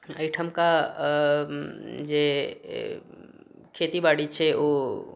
एहिठामके जे खेती बाड़ी छै ओ